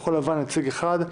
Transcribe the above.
לכחול לבן נציג אחד,